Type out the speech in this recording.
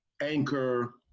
Anchor